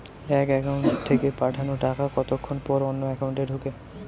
এক একাউন্ট থেকে পাঠানো টাকা কতক্ষন পর অন্য একাউন্টে ঢোকে?